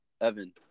Evan